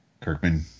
Kirkman